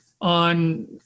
on